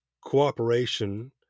cooperation